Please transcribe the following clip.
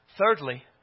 Thirdly